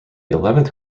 eleventh